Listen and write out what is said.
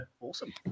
awesome